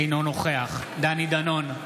אינו נוכח דני דנון,